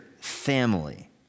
family